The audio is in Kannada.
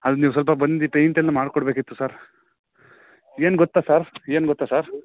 ಅದು ನೀವು ಸ್ವಲ್ಪ ಬಂದು ಪೇಂಯ್ಟನ್ನು ಮಾಡಿಕೊಡ್ಬೇಕಿತ್ತು ಸರ್ ಏನು ಗೊತ್ತಾ ಸರ್ ಏನು ಗೊತ್ತಾ ಸರ್